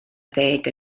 ddeg